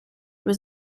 was